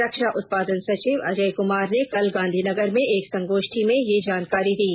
रक्षा उत्पादन सचिव अजय कुमार ने कल गांधीनगर में एक संगोष्ठी में ये जानकारी दी